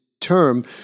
term